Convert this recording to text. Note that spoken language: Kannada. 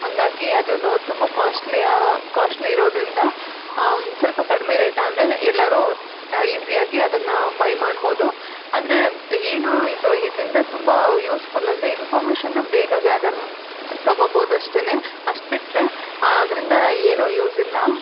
ಹಂಗಾಗಿ ಅದೂ ತುಂಬ ಕಾಸ್ಟ್ಲಿ ಆ ಕಾಸ್ಟ್ಲಿ ಇರೋದರಿಂದ ಸ್ವಲ್ಪ ಕಡಿಮೆ ರೇಟಾದರೆ ಎಲ್ಲರೂ ಈಸಿಯಾಗಿ ಅದನ್ನು ಬೈ ಮಾಡ್ಬೋದು ಆದರೆ ಏನು ಇದು ಇದರಿಂದ ತುಂಬ ಯೂಸ್ಫುಲ್ ಅಂದರೆ ಇನ್ಫಾರ್ಮೇಶನನ್ನ ಬೇಗ ಗ್ಯಾದರ್ ತೊಗೋಬೋದಷ್ಟೇ ಅಷ್ಟು ಬಿಟ್ಟರೆ ಅದರಿಂದ ಏನೂ ಯೂಸ್ ಇಲ್ಲ